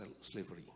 slavery